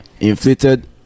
inflated